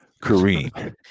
Kareem